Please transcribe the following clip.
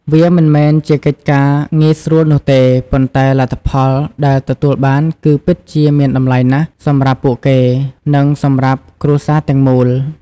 វាមិនមែនជាកិច្ចការងាយស្រួលនោះទេ ប៉ុន្តែលទ្ធផលដែលទទួលបានគឺពិតជាមានតម្លៃណាស់សម្រាប់ពួកគេ និងសម្រាប់គ្រួសារទាំងមូល ។